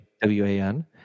W-A-N